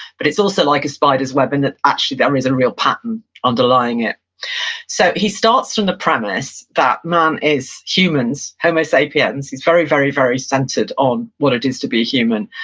but it's also like a spider's web in that actually there is a real pattern underlying it so he starts from the premise that man is, humans, homo sapiens, he's very, very, very centered on what it is to be a human,